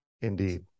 Indeed